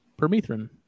permethrin